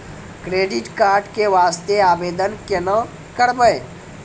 Credit card के वास्ते आवेदन केना करबै?